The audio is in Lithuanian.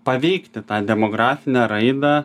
paveikti tą demografinę raidą